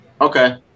Okay